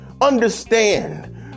understand